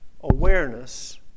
awareness